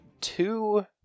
two